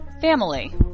Family